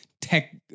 tech